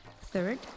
third